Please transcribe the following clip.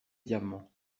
diamant